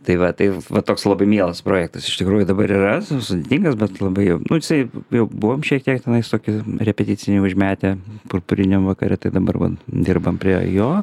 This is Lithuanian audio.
tai va taip va toks labai mielas projektas iš tikrųjų dabar yra sudėtingas bet labai jau nu jisai jau buvom šiek tiek tenais tokių repeticijų užmetę purpuriniam vakare tai dabar va dirbam prie jo